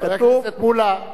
חבר הכנסת מולה,